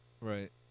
Right